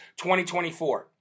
2024